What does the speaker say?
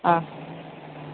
অঁ